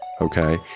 okay